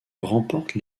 remporte